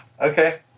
Okay